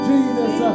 Jesus